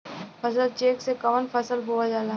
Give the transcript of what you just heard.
फसल चेकं से कवन फसल बोवल जाई?